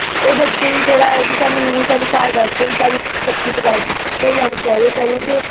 ओह् बच्चें गी छड़ा के नेईं स्हानूं घर बैठियै स्हानूं पक्की पकाई दी थ्होई जानी चाहिदी ताइयें कि ओह्